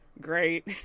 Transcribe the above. great